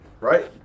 Right